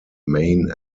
main